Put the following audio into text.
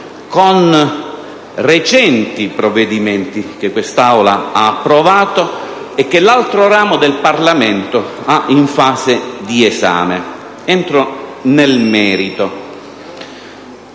con recenti provvedimenti che questa Aula ha approvato e che l'altro ramo del Parlamento ha in fase di esame. Entro quindi nel merito.